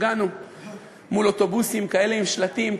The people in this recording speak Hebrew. הפגנו מול אוטובוסים כאלה עם שלטים,